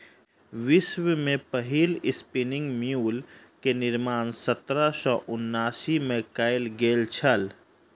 विश्व में पहिल स्पिनिंग म्यूल के निर्माण सत्रह सौ उनासी में कयल गेल छल